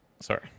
Sorry